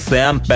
Sam